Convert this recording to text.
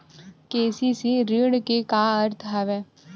KCC ऋण के का अर्थ हवय?